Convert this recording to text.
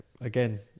again